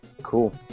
Cool